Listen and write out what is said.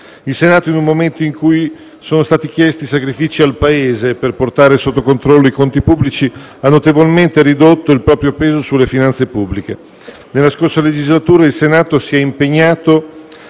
conseguiti. In un momento in cui sono stati chiesti sacrifici al Paese per portare sotto controllo i conti pubblici, il Senato ha notevolmente ridotto il proprio peso sulle finanze pubbliche. Nella scorsa legislatura, il Senato si è impegnato